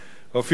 הופיעו שם